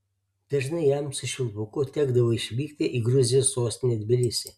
dažnai jam su švilpuku tekdavo išvykti į gruzijos sostinę tbilisį